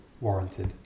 warranted